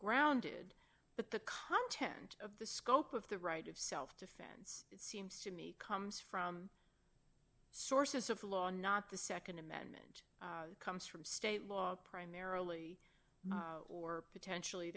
grounded but the content of the scope of the right of self defense it seems to me comes from sources of law not the nd amendment comes from state law primarily or potentially